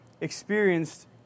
experienced